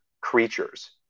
creatures